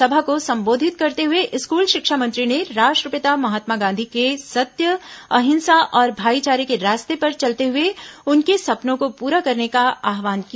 सभा को संबोधित करते हुए स्कूल शिक्षा मंत्री ने राष्ट्रपिता महात्मा गांधी के सत्य अहिंसा और भाईचारे के रास्ते पर चलते हुए उनके सपनों को पूरा करने का आहवान किया